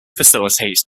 facilitate